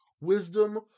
wisdom